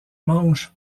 manche